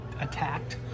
attacked